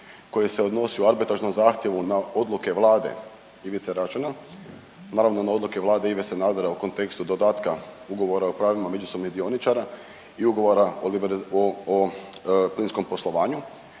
koji se odnosi u arbitražnom zahtjevu na odluke vlade Ivice Račana, naravno na odluke vlade Ive Sanadera u kontekstu dodatka ugovora o pravima međusobnih dioničara i ugovora o plinskom poslovanju,